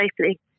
safely